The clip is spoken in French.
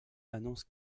annonce